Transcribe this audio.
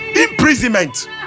imprisonment